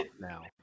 now